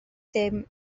ddim